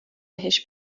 بهش